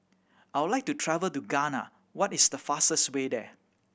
I would like to travel to Ghana What is the fastest way there